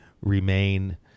remain